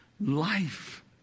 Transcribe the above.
life